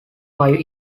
five